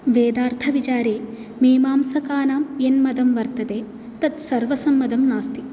वेदार्थविचारे मीमांसकानां यन्मतं वर्तते तत् सर्वसम्मतं नास्ति